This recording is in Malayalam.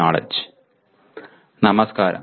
നമസ്കാരം